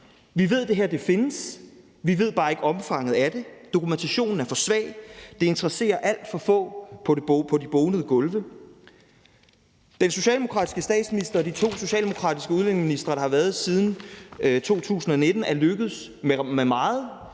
Vi ved, det her findes, vi kender bare ikke omfanget af det; dokumentationen er for svag; det interesserer alt for få på de bonede gulve. Den socialdemokratiske statsminister og de to socialdemokratiske udlændingeministre, der har været siden 2019, er lykkedes med meget.